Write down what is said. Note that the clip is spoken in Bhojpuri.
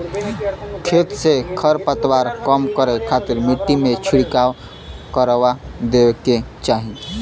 खेत से खरपतवार कम करे खातिर मट्टी में छिड़काव करवा देवे के चाही